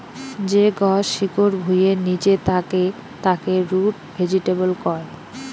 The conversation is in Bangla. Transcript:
যে গছ শিকড় ভুঁইয়ের নিচে থাকে তাকে রুট ভেজিটেবল কয়